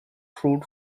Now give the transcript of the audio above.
fruit